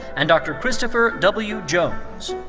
and dr. christopher w. jones.